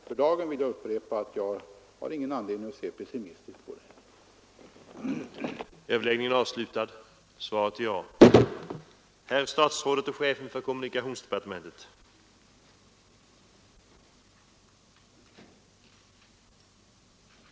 Jag vill upprepa att jag för dagen inte har någon anledning att se pessimistiskt på den.